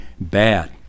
bad